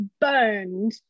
burned